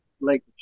Lakers